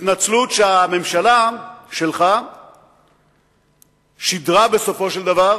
התנצלות שהממשלה שלך שידרה בסופו של דבר